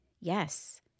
Yes